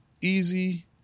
easy